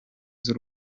z’u